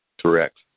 Correct